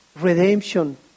redemption